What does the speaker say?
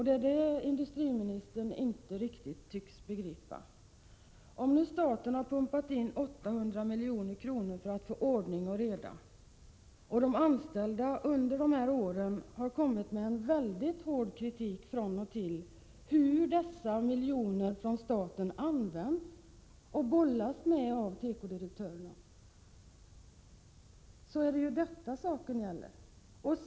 Det är detta industriministern inte riktigt tycks begripa. Om nu staten har pumpat in 800 milj.kr. för att få ordning och reda, har ju de anställda från och till under de här åren framfört en mycket hård kritik av hur dessa miljoner har använts och bollats med av tekodirektörerna. Det är detta saken gäller.